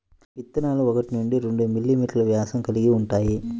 విత్తనాలు ఒకటి నుండి రెండు మిల్లీమీటర్లు వ్యాసం కలిగి ఉంటాయి